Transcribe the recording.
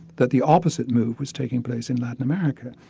that the opposite move was taking place in latin america.